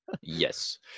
Yes